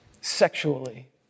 sexually